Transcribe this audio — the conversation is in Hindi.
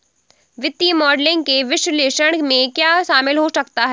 वित्तीय मॉडलिंग के विश्लेषण में क्या शामिल हो सकता है?